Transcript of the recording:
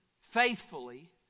faithfully